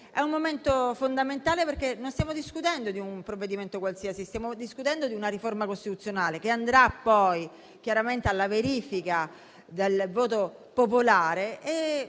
è un momento fondamentale, perché non stiamo discutendo di un provvedimento qualsiasi, ma di una riforma costituzionale, che andrà chiaramente alla verifica del voto popolare